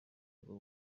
bwo